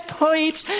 pipes